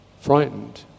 frightened